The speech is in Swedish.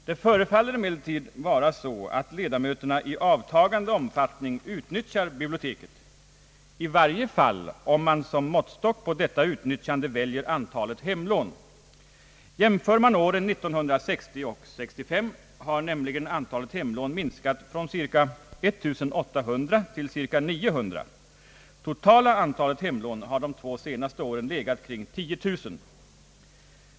Det förefaller emellertid vara så, att ledamöterna i avtagande omfattning utnyttjar biblioteket — i varje fall om man som måttstock på detta utnyttjande väljer antalet hemlån. Jämför man åren 1960 och 1965 har nämligen antalet hemlån minskat från ca 1800 till ca 900. Totala antalet hemlån har de två senaste åren legat kring 10 000.